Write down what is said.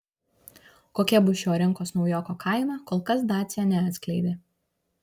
kokia bus šio rinkos naujoko kaina kol kas dacia neatskleidė